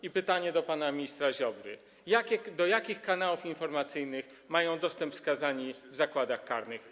I pytanie do pana ministra Ziobry: Do jakich kanałów informacyjnych mają dostęp skazani w zakładach karnych?